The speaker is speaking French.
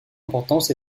importance